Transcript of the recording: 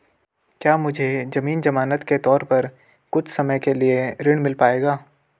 क्या मुझे ज़मीन ज़मानत के तौर पर कुछ समय के लिए ऋण मिल पाएगा?